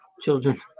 children